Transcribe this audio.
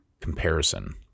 comparison